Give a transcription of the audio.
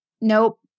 Nope